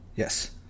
Yes